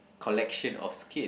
collection of skin